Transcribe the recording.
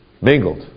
mingled